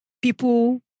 people